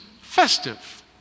festive